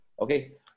okay